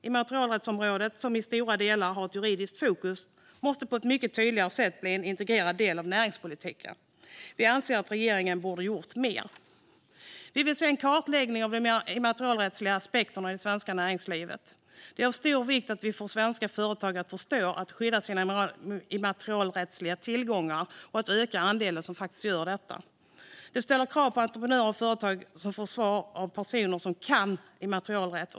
Immaterialrättsområdet, som i stora delar har ett juridiskt fokus, måste på ett mycket tydligare sätt bli en integrerad del av näringspolitiken. Vi anser att regeringen borde ha gjort mer. Vi vill se en kartläggning av de immaterialrättsliga aspekterna i det svenska näringslivet. Det är av stor vikt att vi får svenska företag att förstå att skydda sina immateriella tillgångar och att öka den andel som faktiskt gör det. Det ställer krav på att entreprenörer och företag kan få svar av personer som kan immaterialrätt.